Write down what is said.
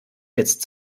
jetzt